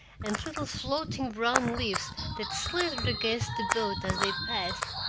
and little floating brown leaves that slithered against the boat as they passed,